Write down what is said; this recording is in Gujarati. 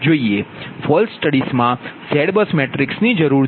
ફોલ્ટ સ્ટડીઝમાં ZBUS મેટ્રિક્સ જરૂરી છે